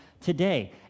today